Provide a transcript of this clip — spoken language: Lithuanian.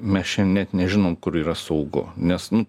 mes šian net nežinom kur yra saugu nes nu